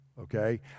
okay